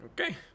okay